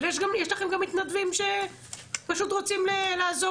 אבל יש לכם גם מתנדבים שפשוט רוצים לעזור